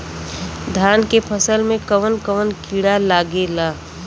धान के फसल मे कवन कवन कीड़ा लागेला?